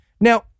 Now